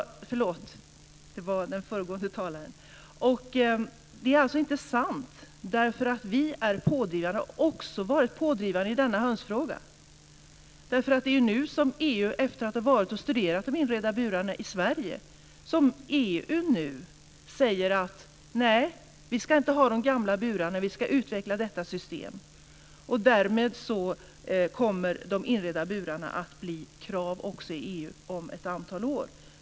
Det är inte sant. Vi är pådrivare och har också varit pådrivare i denna hönsfråga. Det är nu som EU, efter att ha varit och studerat de inredda burarna i Sverige, säger: Nej, vi ska inte ha de gamla burarna. Vi ska utveckla detta system. Därmed kommer de inredda burarna att bli ett krav också i EU om ett antal år.